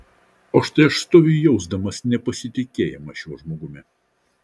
o štai aš stoviu jausdamas nepasitikėjimą šiuo žmogumi